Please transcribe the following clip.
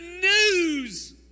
news